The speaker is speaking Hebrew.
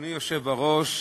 אדוני היושב-ראש,